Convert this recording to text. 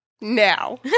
now